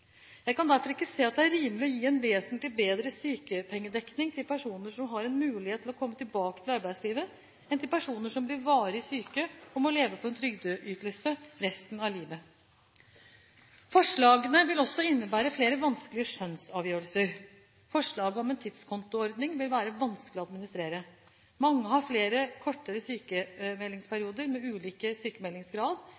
Jeg kan derfor ikke se at det er rimelig å gi en vesentlig bedre sykepengedekning til personer som har en mulighet til å komme tilbake til arbeidslivet, enn til personer som blir varig syke og må leve på en trygdeytelse resten av livet. Forslagene vil også innebære flere vanskelige skjønnsavgjørelser; en tidskontoordning vil være vanskelig å administrere. Mange har flere kortere